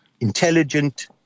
intelligent